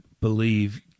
believe